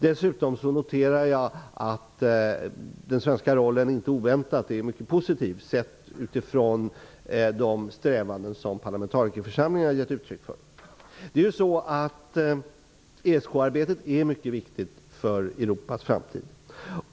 Dessutom noterade jag att den svenska rollen inte oväntat är mycket positiv, sedd utifrån de strävanden som parlamentarikerförsamlingen har gett uttryck för. ESK-arbetet är mycket viktigt för Europas framtid.